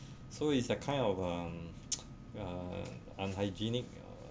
so it's a kind of um uh unhygienic